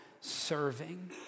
serving